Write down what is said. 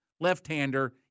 left-hander